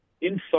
inside